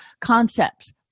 concepts